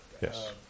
Yes